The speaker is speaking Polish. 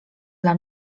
dla